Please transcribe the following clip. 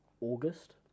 August